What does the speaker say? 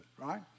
right